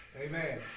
Amen